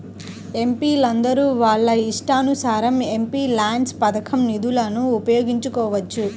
ఎంపీలందరూ వాళ్ళ ఇష్టానుసారం ఎంపీల్యాడ్స్ పథకం నిధులను ఉపయోగించుకోవచ్చు